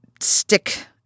stick